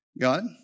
God